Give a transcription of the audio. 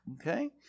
Okay